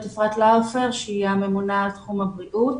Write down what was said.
אפרת לאופר הממונה על תחום הבריאות.